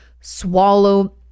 swallow